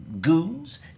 goons